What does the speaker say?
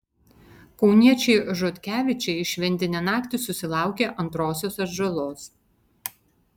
kauniečiai žotkevičiai šventinę naktį susilaukė antrosios atžalos